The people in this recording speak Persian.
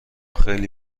خیلی